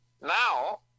now